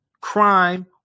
crime